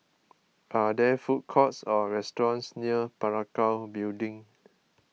are there food courts or restaurants near Parakou Building